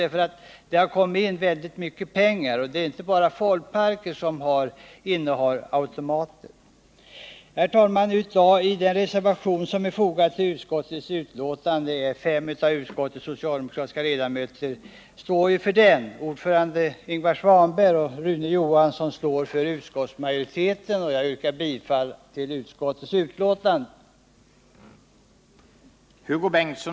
Det har nämligen kommit in väldigt mycket pengar i denna verksamhet, och det är inte bara folkparker som innehar automater. Herr talman! Fem av utskottets socialdemokratiska ledamöter står för den reservation som är fogad till betänkandet. Utskottets ordförande Ingvar Svanberg och Rune Johansson i Ljungby står bakom utskottsmajoritetens hemställan, och jag yrkar bifall till denna hemställan.